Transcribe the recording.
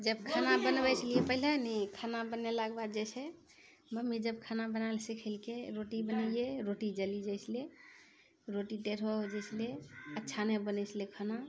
जब खाना बनबै छलियै पहिले नी खाना बनेला के बाद जे छै मम्मी जब खाना बनाबैला सिखेलकै रोटी बनबियै रोटी जली जाइ छलै रोटी टेढो हो जाइ छलै अच्छा नहि बनै छलै खाना